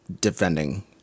defending